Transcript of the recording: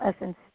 essence